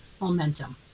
momentum